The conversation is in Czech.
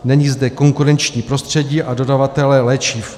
Není zde konkurenční prostředí a dodavatelé léčiv.